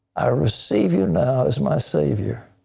i receive you now as my savior.